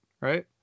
Right